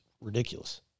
ridiculous